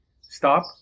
Stop